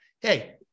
hey